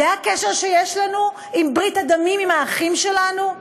זה הקשר שיש לנו, עם ברית הדמים, עם האחים שלנו?